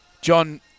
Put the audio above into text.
John